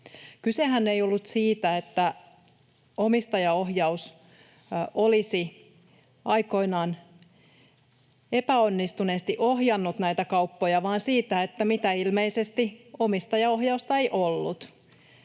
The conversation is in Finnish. Kysehän ei ollut siitä, että omistajaohjaus olisi aikoinaan epäonnistuneesti ohjannut näitä kauppoja, vaan siitä, että mitä ilmeisimmin omistajaohjausta ei ollut.